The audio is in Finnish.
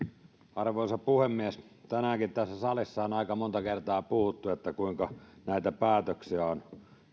arvoisa puhemies tänäänkin tässä salissa on aika monta kertaa puhuttu että kuinka näitä päätöksiä on